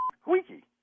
Squeaky